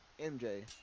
MJ